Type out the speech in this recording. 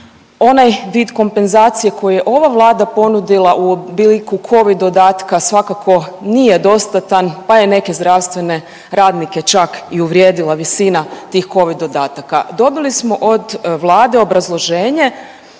onaj vid kompenzacije koji je ova vlada ponudila u obliku covid dodatka svakako nije dostatan pa je neke zdravstvene radnike čak i uvrijedila visina tih covid dodataka. Dobili smo od vlade obrazloženje